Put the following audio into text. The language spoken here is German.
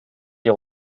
die